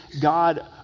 God